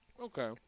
Okay